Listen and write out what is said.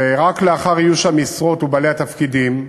ורק לאחר איוש המשרות ובעלי התפקידים,